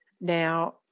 Now